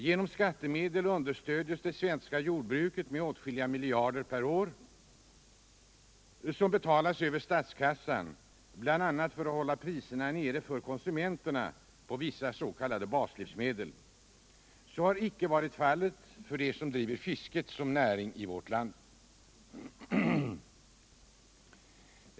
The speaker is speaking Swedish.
Genom skattemedel understödjes det svenska jordbruket med åtskilliga miljarder per år som betalas över statskassan, bl.a. för att hålla priserna nere för konsumenterna på vissa s.k. baslivsmedel. Så har icke varit fallet för dem som driver fisket som näring i vårt länd.